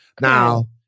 Now